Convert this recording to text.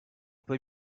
peut